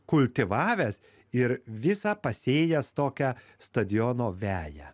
kultivavęs ir visą pasėjęs tokią stadiono veją